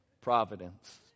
providence